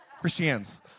Christians